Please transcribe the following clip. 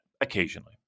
occasionally